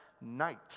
night